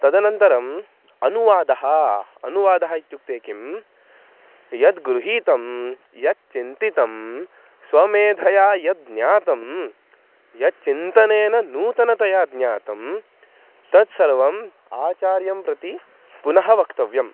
तदनन्तरम् अनुवादः अनुवादः इत्युक्ते किं यद् गृहीतं यच्चिन्तितं स्वमेधया यद् ज्ञातं यच्चिन्तनेन नूतनतया ज्ञातं तत्सर्वम् आचार्यं प्रति पुनः वक्तव्यम्